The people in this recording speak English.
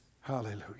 Hallelujah